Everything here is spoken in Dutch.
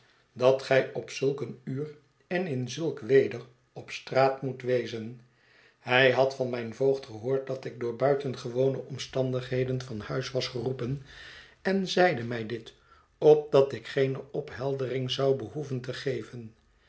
dat gij op zulk een uur en in zulk weder op straat moet wezen hij had van mijn voogd gehoord dat ik door buitengewone omstandigheden van huis was geroepen en zeide mij dit opdat ik geene opheldering zou behoeven te geven